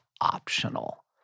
Optional